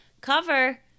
cover